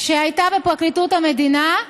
שהייתה בפרקליטות המדינה,